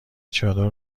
چادر